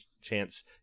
chance